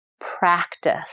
practice